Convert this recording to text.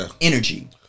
energy